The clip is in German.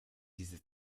diese